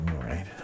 right